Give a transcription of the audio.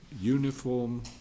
uniform